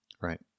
Right